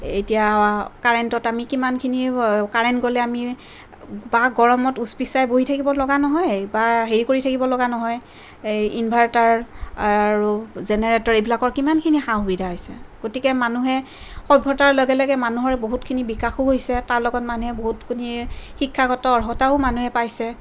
এতিয়া কাৰেণ্টত আমি কিমানখিনি কাৰেণ্ট গ'লে আমি বা গৰমত উচপিচাই বহি থাকিবলগা নহয় বা হেৰি কৰি থাকিবলগা নহয় এই ইনভাৰ্টাৰ আৰু জেনেৰেটৰ এইবিলাকৰ কিমানখিনি সা সুবিধা হৈছে গতিকে মানুহে সভ্যতাৰ লগে লগে মানুহৰ বহুতখিনি বিকাশো হৈছে তাৰ লগত মানুহে বহুতখিনি শিক্ষাগত অৰ্হতাও মানুহে পাইছে